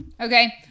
okay